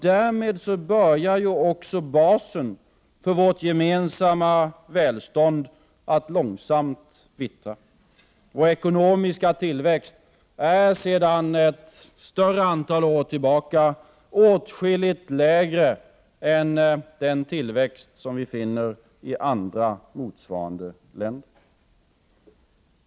Därmed börjar också basen för vårt gemensamma välstånd att långsamt vittra. Vår ekonomiska tillväxt är sedan ett större antal år tillbaka åtskilligt lägre än den tillväxt som vi finner i andra motsvarande länder.